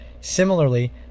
Similarly